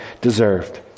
deserved